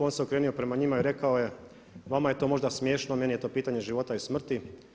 On se okrenuo prema njima i rekao je vama je to možda smiješno meni je to pitanje života i smrti.